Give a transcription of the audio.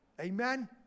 Amen